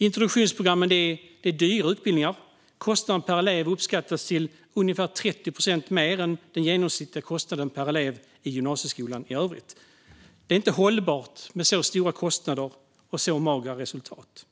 Introduktionsprogrammen är dyra utbildningar. Kostnaden per elev uppskattas vara ungefär 30 procent högre än den genomsnittliga kostnaden per elev i gymnasieskolan i övrigt. Det är inte hållbart med så stora kostnader och så magra resultat.